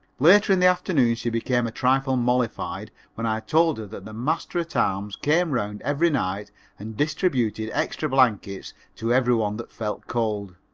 later in the afternoon she became a trifle mollified when i told her that the master-at-arms came around every night and distributed extra blankets to every one that felt cold.